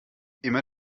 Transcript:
immer